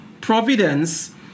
Providence